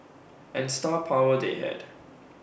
and star power they had